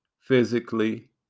physically